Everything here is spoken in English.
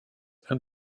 and